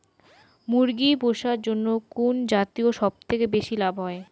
মুরগি পুষার জন্য কুন জাতীয় সবথেকে বেশি লাভ হয়?